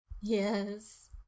Yes